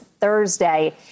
Thursday